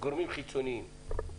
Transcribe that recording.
גורמים חיצוניים".